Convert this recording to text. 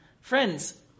Friends